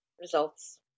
results